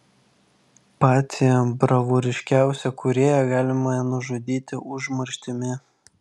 patį bravūriškiausią kūrėją galima nužudyti užmarštimi